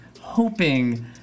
hoping